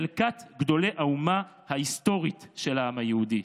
חלקת גדולי האומה ההיסטורית של העם היהודי.